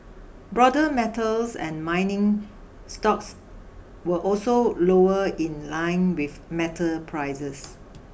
broader metals and mining stocks were also lower in line with metal prices